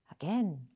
Again